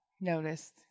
noticed